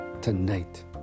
tonight